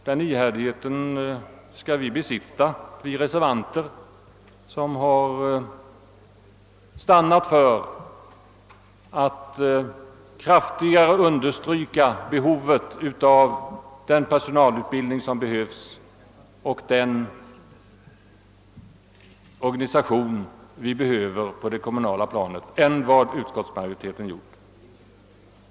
Den ihärdigheten besitter nog vi reservanter, som stannat för att kraftigare än utskottsmajoriteten understryka behovet av den personalutbildning som erfordras och den organisation som vi behöver på det kommunala planet.